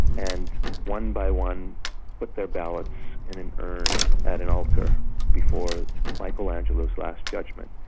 and one by one put their ballots in an urn at an altar before michelangelo's last judgment.